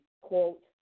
quote